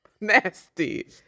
Nasty